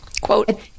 Quote